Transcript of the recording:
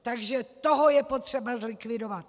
Takže toho je potřeba zlikvidovat!